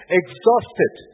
exhausted